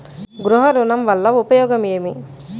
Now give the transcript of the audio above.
గృహ ఋణం వల్ల ఉపయోగం ఏమి?